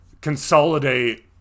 consolidate